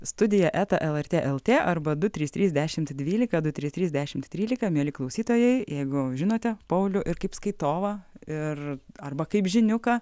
studija eta lrt lt arba du trys trys dešimt dvylika du trys trys dešimt trylika mieli klausytojai jeigu žinote paulių ir kaip skaitovą ir arba kaip žiniuką